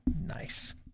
Nice